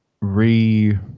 re